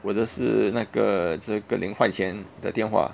我的是那个这个零花钱的电话